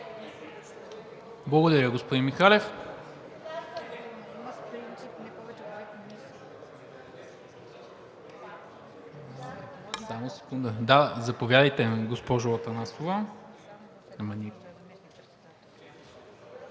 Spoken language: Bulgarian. Благодаря, господин Михалев. Заповядайте, госпожо Атанасова.